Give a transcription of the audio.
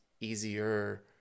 easier